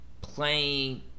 playing